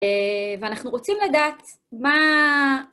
ואנחנו רוצים לדעת מה...